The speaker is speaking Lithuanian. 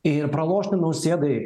ir pralošti nausėdai